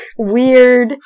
Weird